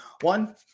One